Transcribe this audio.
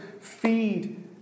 feed